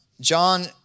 John